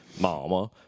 Mama